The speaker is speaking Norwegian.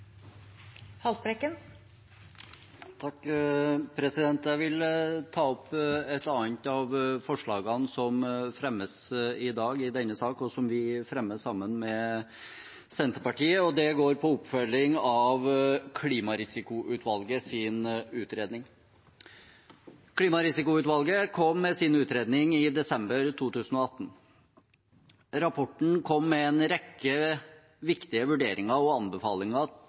Jeg vil ta opp et annet av forslagene som fremmes i dag i denne saken, og som vi fremmer sammen med Senterpartiet. Det går på oppfølging av Klimarisikoutvalgets utredning. Klimarisikoutvalget kom med sin utredning i desember 2018. Rapporten kom med en rekke viktige vurderinger og anbefalinger